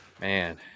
man